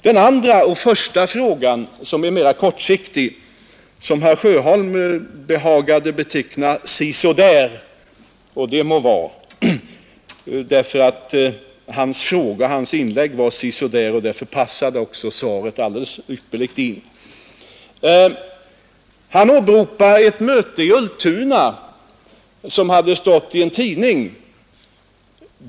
Mitt svar på den mera kortsiktiga fragan behagade herr Sjöholm beteckna som ”si så där”, och det ma vara, därför att hans inlägg var ”si så där”. och da passade svaret ypperligt. Herr Sjöholm aberopade en undersökning vid Ultuna som hade retererats i en tidning.